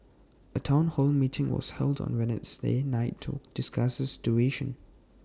A Town hall meeting was held on Wednesday night to discuss the situation